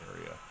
area